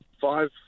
five